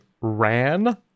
ran